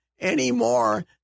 anymore